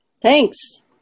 Thanks